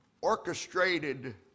orchestrated